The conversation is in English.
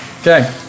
Okay